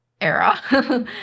era